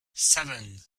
seven